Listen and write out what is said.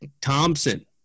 Thompson